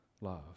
Love